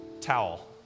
towel